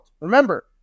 Remember